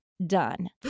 done